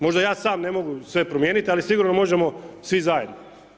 Možda ja sam ne mogu sve promijeniti ali sigurno da možemo svi zajedno.